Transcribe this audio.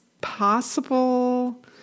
possible